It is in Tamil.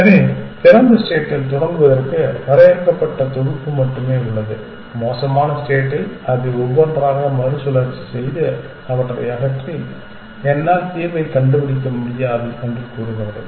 எனவே திறந்த ஸ்டேட்டில் தொடங்குவதற்கு வரையறுக்கப்பட்ட தொகுப்பு மட்டுமே உள்ளது மோசமான ஸ்டேட்டில் அது ஒவ்வொன்றாக மறுசுழற்சி செய்து அவற்றை அகற்றி என்னால் தீர்வைக் கண்டுபிடிக்க முடியாது என்று கூறுகிறது